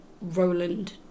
Roland